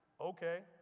Okay